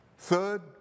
Third